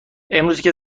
امروزکه